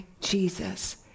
Jesus